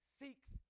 seeks